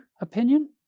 opinion